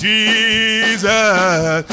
Jesus